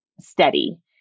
steady